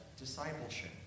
discipleship